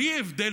בלי הבדל,